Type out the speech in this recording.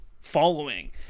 following